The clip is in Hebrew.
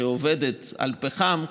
שעובדת על פחם,